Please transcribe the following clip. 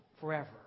forever